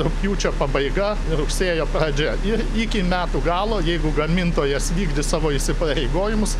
rugpjūčio pabaiga rugsėjo pradžia ir iki metų galo jeigu gamintojas vykdys savo įsipareigojimus